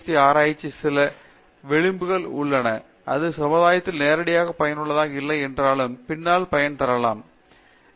D ஆராய்ச்சி சில வெட்டு விளிம்பு செயல்பாடு உள்ளது இது சமுதாயத்திற்கு நேரடியாக பயனுள்ளதாக இல்லை என்றாலும் பின்னால் பயன் தரலாம் என தெரிவதில்லை